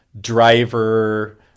driver